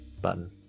button